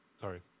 Sorry